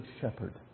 shepherd